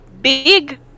big